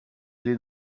den